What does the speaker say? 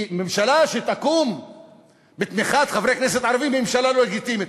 כי ממשלה שתקום בתמיכת חברי כנסת ערבים היא ממשלה לא לגיטימית,